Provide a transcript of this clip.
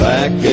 Back